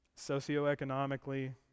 Socioeconomically